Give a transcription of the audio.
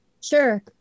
Sure